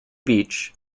beach